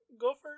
Gopher